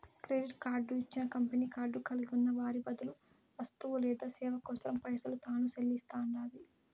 credit card ఇచ్చిన company card కలిగున్న వారి బదులు వస్తువు లేదా సేవ కోసరం పైసలు తాను సెల్లిస్తండాది